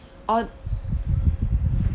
oh